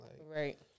Right